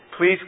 Please